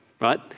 right